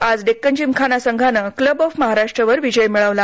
आज डेक्कन जिमखाना संघानं club of महाराष्ट्रवर विजय मिळवला